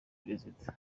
perezida